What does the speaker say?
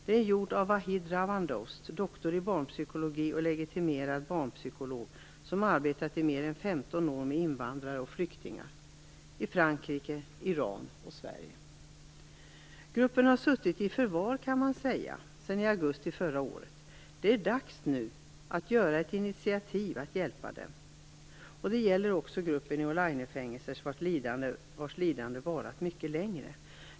Den är gjord av Vahid Ravandoust, doktor i barnpsykologi och legitimerad barnpsykolog som arbetat i mer än 15 år med invandrare och flyktingar i Gruppen har suttit i förvar, kan man säga, sedan i augusti förra året. Det är nu dags att ta ett initiativ för att hjälpa dem. Det gäller också gruppen i Olainefängelset, vars lidanden varat mycket längre.